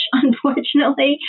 unfortunately